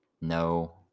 No